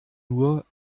nur